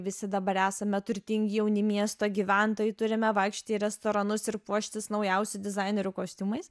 visi dabar esame turtingi jauni miesto gyventojai turime vaikščioti į restoranus ir puoštis naujausių dizainerių kostiumais